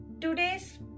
Today's